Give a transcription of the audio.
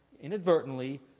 inadvertently